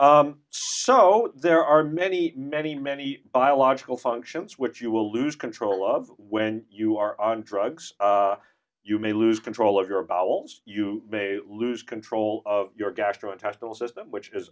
leaf so there are many many many biological functions which you will lose control of when you are on drugs you may lose control of your bowels you may lose control of your gastrointestinal system which is